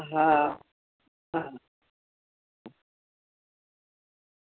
હા હા